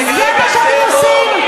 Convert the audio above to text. זה מה שאתם עושים.